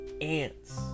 ants